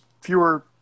fewer